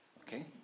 okay